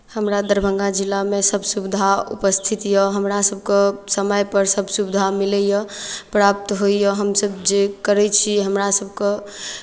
हमरा दरभङ्गा जिलामे सभ सुविधा उपस्थित यए हमरा सभकेँ समयपर सभ सुविधा मिलैए प्राप्त होइए हमसभ जे करै छी हमरा सभके